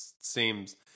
seems